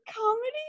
comedy